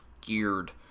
geared